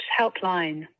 helpline